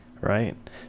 Right